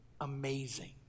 amazing